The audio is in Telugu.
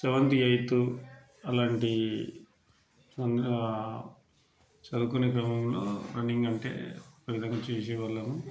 సెవంతు ఎయితు అలాంటి కొంత చదువుకునే క్రమంలో రన్నింగ్ అంటే ఒక విధంగా చేసేవాళ్ళము